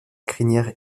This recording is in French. crinière